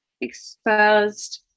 exposed